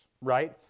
right